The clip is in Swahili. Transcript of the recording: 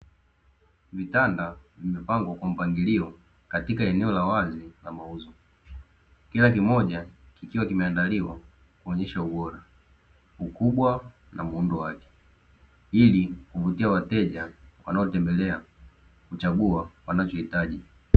Vitanda vimepangwa kwa mpangilio katika eneo la wazi na mauzo, kila kimoja kikiwa kimeandaliwa kuonyesha ubora, ukubwa na muundo wake, ili kuvutia wateja wanaotembelea kuchagua wanachohitaji.